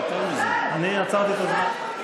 אני עצרתי את הזמן.